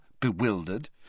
bewildered